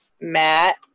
Matt